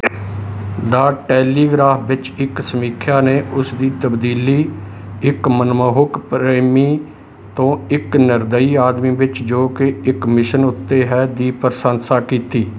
ਦਾ Telegraph ਵਿੱਚ ਇੱਕ ਸਮੀਖਿਆ ਨੇ ਉਸ ਦੀ ਤਬਦੀਲੀ ਇੱਕ ਮਨਮੋਹਕ ਪ੍ਰੇਮੀ ਤੋਂ ਇੱਕ ਨਿਰਦਈ ਆਦਮੀ ਵਿੱਚ ਜੋ ਕਿ ਇੱਕ ਮਿਸ਼ਨ ਉੱਤੇ ਹੈ ਦੀ ਪ੍ਰਸ਼ੰਸਾ ਕੀਤੀ